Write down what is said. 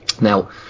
now